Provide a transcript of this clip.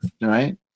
Right